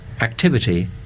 activity